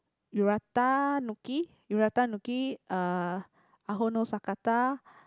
Uratanuki Uratanuki uh Ahono-Sakata